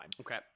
Okay